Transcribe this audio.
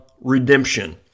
redemption